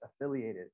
affiliated